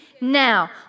now